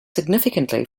significantly